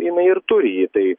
jinai ir turi jį tai